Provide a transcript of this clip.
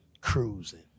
cruising